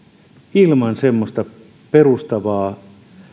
ilman perustavaa